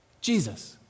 Jesus